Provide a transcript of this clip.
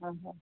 हा